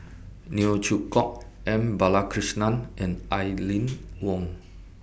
Neo Chwee Kok M Balakrishnan and Aline Wong